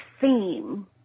theme